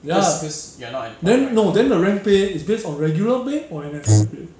ya then no then the rank pay is based on regular pay or N_S_F pay